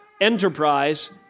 enterprise